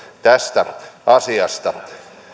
tästä asiasta